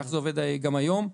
כך זה עובד גם היום.